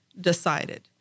decided